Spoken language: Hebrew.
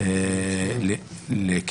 אנחנו